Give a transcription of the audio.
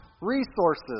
resources